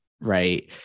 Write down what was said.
right